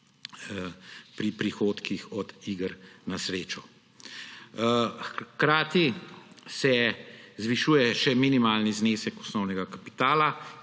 pri prihodkih od iger na srečo. Hkrati se zvišuje še minimalni znesek osnovnega kapitala,